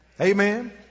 Amen